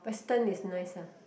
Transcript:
western is nice ah